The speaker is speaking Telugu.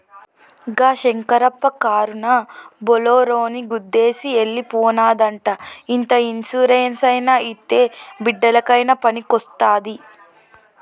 గా శంకరప్ప కారునా బోలోరోని గుద్దేసి ఎల్లి పోనాదంట ఇంత ఇన్సూరెన్స్ అయినా ఇత్తే బిడ్డలకయినా పనికొస్తాది